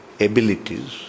abilities